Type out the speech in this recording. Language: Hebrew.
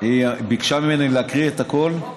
היא ביקשה ממני להקריא את הכול,